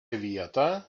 vietą